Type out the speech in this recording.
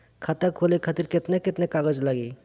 खाता खोले खातिर केतना केतना कागज लागी?